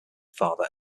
father